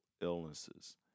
illnesses